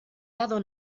lado